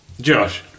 Josh